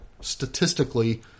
statistically